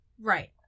Right